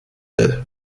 der